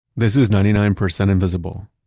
this is ninety nine percent invisible.